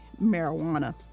marijuana